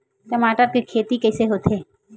टमाटर के खेती कइसे होथे?